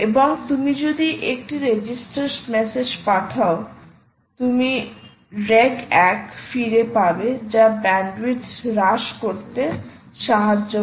এবং তুমি যদি একটি রেজিস্টার মেসেজ পাঠাও তুমি regack ফিরে পাবে যা ব্যান্ডউইথ হ্রাস করতে সাহায্য করে